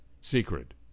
secret